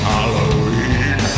Halloween